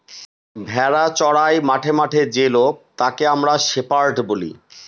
ভেড়া চোরাই মাঠে মাঠে যে লোক তাকে আমরা শেপার্ড বলি